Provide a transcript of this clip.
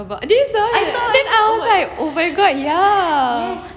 do you saw it then I was like oh my god ya